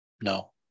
No